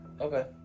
Okay